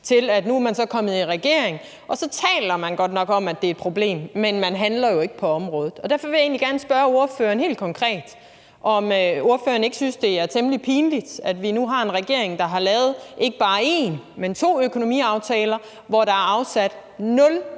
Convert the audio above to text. til man nu er kommet i regering. Så taler man godt nok om, at det er et problem, men man handler jo ikke på området. Derfor vil jeg egentlig gerne spørge ordføreren helt konkret, om ordføreren ikke synes, det er temmelig pinligt, at vi nu har en regering, der har lavet ikke bare en, men to økonomiaftaler, hvor der er afsat